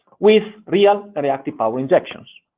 with real and reactive power injections.